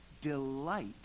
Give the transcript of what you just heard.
delight